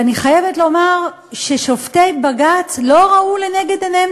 ואני חייבת לומר ששופטי בג"ץ לא ראו לנגד עיניהם